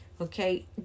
okay